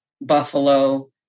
Buffalo